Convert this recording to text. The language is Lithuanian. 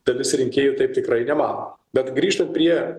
dalis rinkėjų taip tikrai nemano bet grįžtu prie